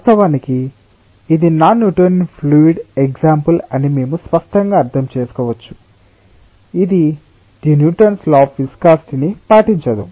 వాస్తవానికి ఇది non Newtonian fluid example అని మేము స్పష్టంగా అర్థం చేసుకోవచ్చు ఇది the Newton's law of viscosity ని పాటించదు